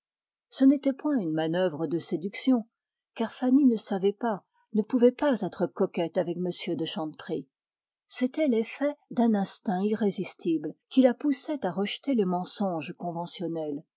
ce n'était point une manœuvre de séduction car fanny ne savait pas ne pouvait pas être coquette avec m de chanteprie c'était l'effet d'un instinct irrésistible qui la poussait à rejeter les mensonges conventionnels